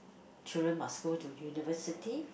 children must go to university